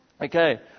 okay